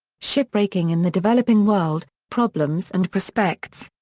shipbreaking in the developing world problems and prospects.